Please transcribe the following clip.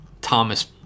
Thomas